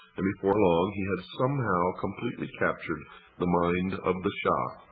and before long he had somehow completely captured the mind of the shah.